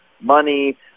money